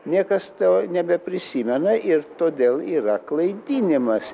niekas to nebeprisimena ir todėl yra klaidinimas